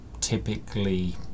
typically